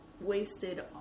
wasted